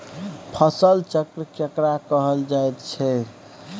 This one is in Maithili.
फसल चक्र केकरा कहल जायत छै?